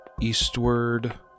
eastward